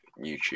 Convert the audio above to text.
YouTube